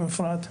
עם אפרת,